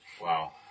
Wow